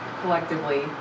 collectively